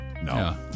No